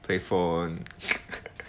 对 phone